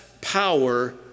power